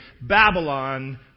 Babylon